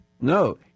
No